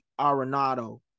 arenado